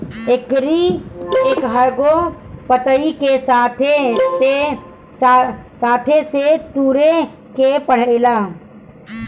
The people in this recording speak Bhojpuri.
एकरी एकहगो पतइ के हाथे से तुरे के पड़ेला